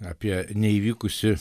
apie neįvykusį